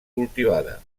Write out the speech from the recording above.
cultivada